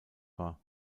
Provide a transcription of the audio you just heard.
war